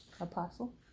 Apostle